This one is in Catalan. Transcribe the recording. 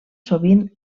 sovint